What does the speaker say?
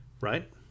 right